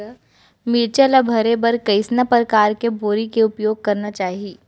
मिरचा ला भरे बर कइसना परकार के बोरी के उपयोग करना चाही?